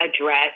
address